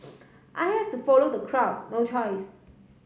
I have to follow the crowd no choice